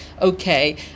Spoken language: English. okay